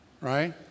right